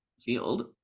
field